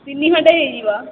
ତିନି ଘଣ୍ଟା ହୋଇଯିବ